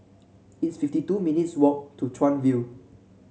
it's fifty two minutes' walk to Chuan View